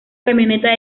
camioneta